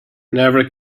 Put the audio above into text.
never